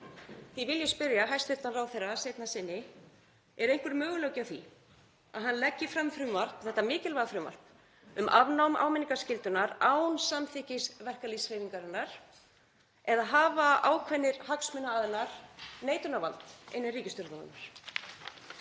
Því vil ég spyrja hæstv. ráðherra seinna sinni: Er einhver möguleiki á því að hann leggi fram frumvarp, þetta mikilvæga frumvarp, um afnám áminningarskyldunnar án samþykkis verkalýðshreyfingarinnar eða hafa ákveðnir hagsmunaaðilar neitunarvald innan ríkisstjórnarinnar?